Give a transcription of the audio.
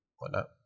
whatnot